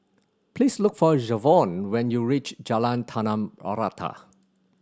please look for Jevon when you reach Jalan Tanah Rata